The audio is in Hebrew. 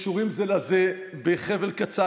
קשורים זה לזה בחבל קצר.